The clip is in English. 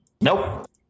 nope